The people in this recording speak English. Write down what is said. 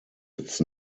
its